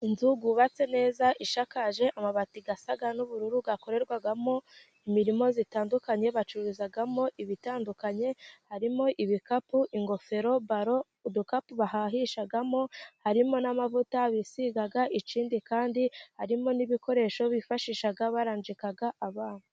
Inzu yubatse neza ishakaje amabati asa n'ubururu, ikorerwamo imiririmo itandukanye, bacururizamo ibitandukanye harimo: ibikapu, ingofero, balo, udukapu bahahiramo, harimo: n'amavuta bisigaga. ikindi kandi harimo: n'ibikoresho bifashisha baranjika abana.